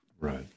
Right